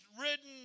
ridden